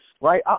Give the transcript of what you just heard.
right